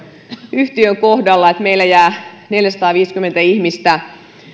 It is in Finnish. yhtiön kohdalla eli meillä jää neljäsataaviisikymmentä ihmistä